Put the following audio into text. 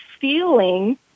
feeling